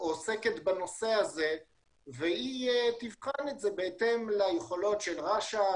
שעוסקת בנושא הזה והיא תבחן את זה בהתאם ליכולות של רש"א,